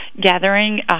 gathering